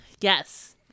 Yes